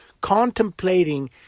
contemplating